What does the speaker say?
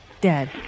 dead